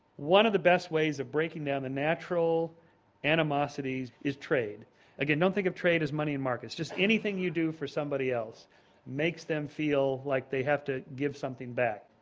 one of the best ways of breaking down the natural animosities is trade again don't think of trade as money and markets, just anything you do for somebody else makes them feel like they have to give something back.